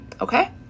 Okay